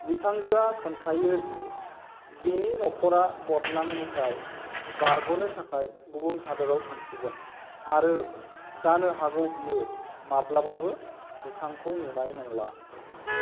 बिथांजोआ खिनथायो दि बिनि न'खरा बदनामनिफ्राय बारगनो थाखाय गुबुन हादोराव थांसिगोन आरो जानो हागौ बियो माब्लाबाबो बिथांखौ नुनाय नंला